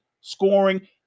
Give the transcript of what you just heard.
scoring